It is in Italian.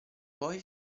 poi